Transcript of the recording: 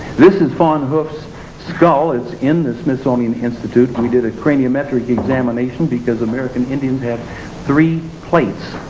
this is fawn hoof's skull, it's in the smithsonian institute, we did a cranial metric examination because american indians had three plates,